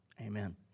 Amen